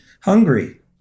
Hungry